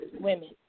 women